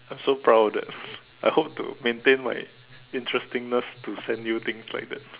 I'm so proud of that I hope to maintain my interestingness to send you things like that